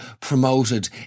promoted